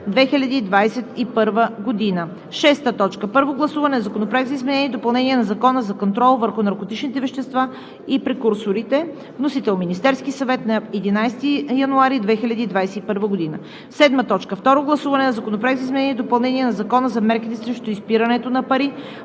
2021 г. 6. Първо гласуване на Законопроекта за изменение и допълнение на Закона за контрол върху наркотичните вещества и прекурсорите. Вносител – Министерският съвет на 11 януари 2021 г. 7. Второ гласуване на Законопроекта за изменение и допълнение на Закона за мерките срещу изпирането на пари.